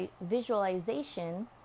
visualization